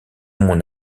mon